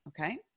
okay